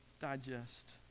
digest